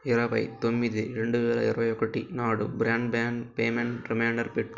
ఇరవై తొమ్మిది రెండు వేల ఇరవై ఒకటి నాడు బ్రాడ్బ్యాండ్ పేమెంటుకి రిమైండర్ పెట్టు